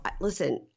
listen